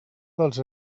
dels